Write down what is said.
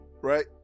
Right